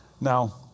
Now